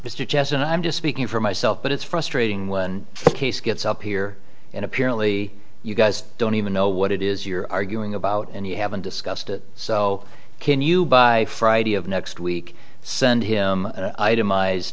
thank you mr jeffs and i'm just speaking for myself but it's frustrating when the case gets up here and apparently you guys don't even know what it is you're arguing about and you haven't discussed it so can you by friday of next week send him an item